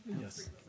yes